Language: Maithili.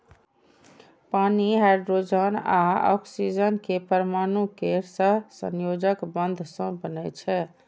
पानि हाइड्रोजन आ ऑक्सीजन के परमाणु केर सहसंयोजक बंध सं बनै छै